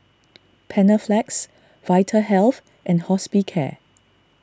Panaflex Vitahealth and Hospicare